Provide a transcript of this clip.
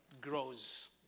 grows